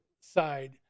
side